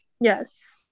Yes